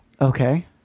Okay